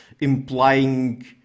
implying